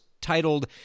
titled